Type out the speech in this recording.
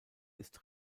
ist